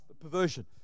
Perversion